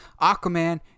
Aquaman